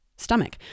stomach